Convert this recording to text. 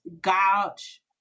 gouge